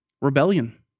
Rebellion